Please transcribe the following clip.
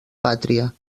pàtria